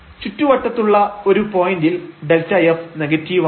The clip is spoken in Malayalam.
ചുറ്റുവട്ടത്തുള്ള ഒരു പോയന്റിൽ Δf നെഗറ്റീവാണ്